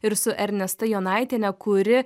ir su ernesta jonaitiene kuri